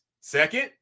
Second